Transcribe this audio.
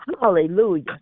Hallelujah